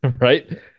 right